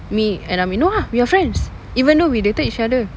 me and amin no ah we are friends even though we dated each other